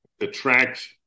attract